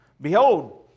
Behold